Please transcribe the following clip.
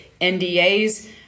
NDAs